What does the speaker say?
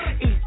eat